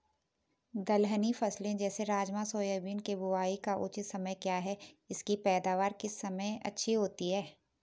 दलहनी फसलें जैसे राजमा सोयाबीन के बुआई का उचित समय क्या है इसकी पैदावार किस समय अच्छी होती है?